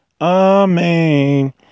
Amen